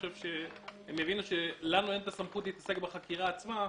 הם יבינו שלנו אין הסמכות להתעסק בחקירה עצמו.